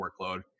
workload